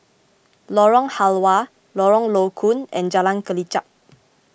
Lorong Halwa Lorong Low Koon and Jalan Kelichap